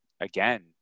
again